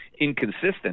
inconsistent